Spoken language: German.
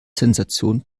sensation